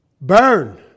burn